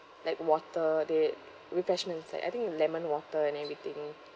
like water the refreshments like I think lemon water and everything